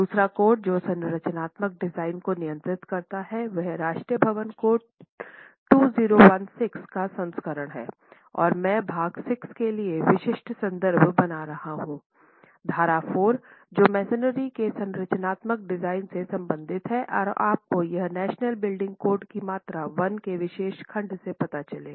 दूसरा कोड जो संरचनात्मक डिजाइन को नियंत्रित करता है वह राष्ट्रीय भवन कोड 2016 का संस्करण हैं और मैं भाग 6 के लिए विशिष्ट संदर्भ बना रहा हूं धारा 4 जो मैसनरी के संरचनात्मक डिजाइन से संबंधित है और आपको यह नेशनल बिल्डिंग कोड की मात्रा 1 में विशेष खंड से पता चलेगा